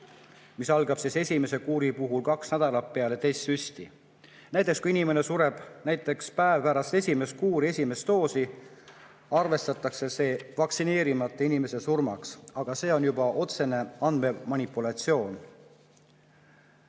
mis algab esimese kuuri puhul kaks nädalat peale teist süsti. Näiteks kui inimene sureb päev pärast esimese kuuri esimest doosi, arvestatakse see vaktsineerimata inimese surmaks, aga see on juba otsene andmemanipulatsioon.